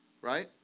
right